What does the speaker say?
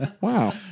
Wow